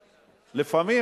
לפעמים,